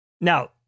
Now